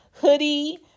hoodie